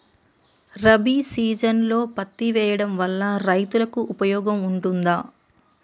రబీ సీజన్లో పత్తి వేయడం వల్ల రైతులకు ఉపయోగం ఉంటదా?